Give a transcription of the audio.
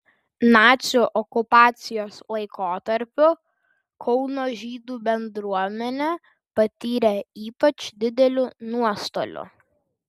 nacių okupacijos laikotarpiu kauno žydų bendruomenė patyrė ypač didelių nuostolių